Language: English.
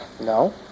No